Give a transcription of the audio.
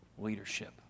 leadership